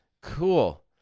cool